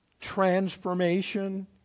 transformation